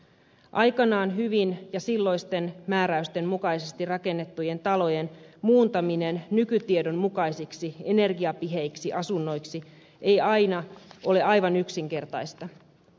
aikanaan hyvin ja silloisten määräysten mukaisesti rakennettujen talojen muuntaminen nykytiedon mukaisiksi energiapiheiksi asunnoiksi ei aina ole aivan yksinkertaista